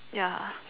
ya